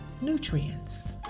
nutrients